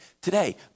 today